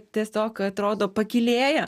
tiesiog atrodo pakylėja